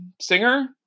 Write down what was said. singer